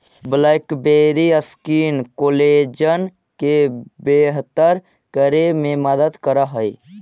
blackberry स्किन कोलेजन के बेहतर करे में मदद करऽ हई